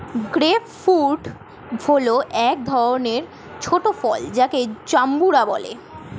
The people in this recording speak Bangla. গ্রেপ ফ্রূট হল এক ধরনের ছোট ফল যাকে জাম্বুরা বলে